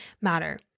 matter